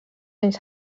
anys